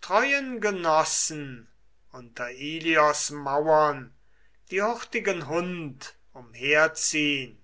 treuen genossen unter ilios mauern die hurtigen hund umherziehn